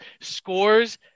scores